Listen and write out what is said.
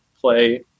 play